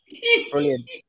brilliant